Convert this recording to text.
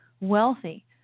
wealthy